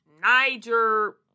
Niger